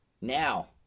now